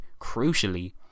crucially